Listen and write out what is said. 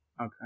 Okay